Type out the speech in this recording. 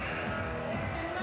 and